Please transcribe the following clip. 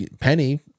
Penny